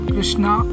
Krishna